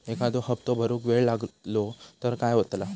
एखादो हप्तो भरुक वेळ लागलो तर काय होतला?